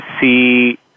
see